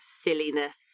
silliness